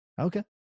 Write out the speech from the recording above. Okay